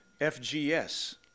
FGS